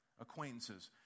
Acquaintances